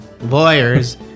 Lawyers